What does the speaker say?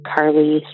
Carly